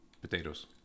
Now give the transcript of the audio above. potatoes